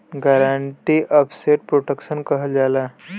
guarantee asset protection कहल जाला